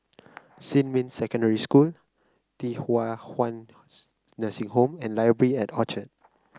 Xinmin Secondary School Thye Hua Kwan Nursing Home and Library at Orchard